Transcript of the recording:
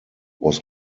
was